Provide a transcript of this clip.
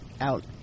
out